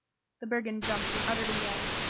the brigand jumped and uttered a yell,